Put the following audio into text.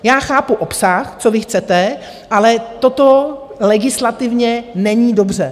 Já chápu obsah, co vy chcete, ale toto legislativně není dobře.